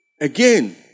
again